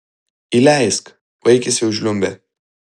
įleisk vaikis jau žliumbė